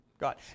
God